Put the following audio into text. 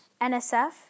NSF